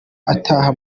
ataha